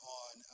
on